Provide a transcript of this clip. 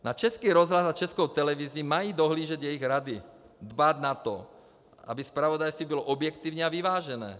Na Český rozhlas a Českou televizi mají dohlížet jejich rady, dbát na to, aby zpravodajství bylo objektivní a vyvážené.